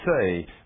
say